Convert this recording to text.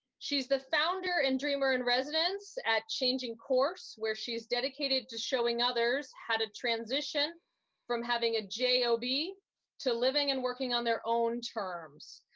she's the founder and dreamer in residence at changing course, where she's dedicated to showing others how to transition from having a j o b to living and working on their own terms.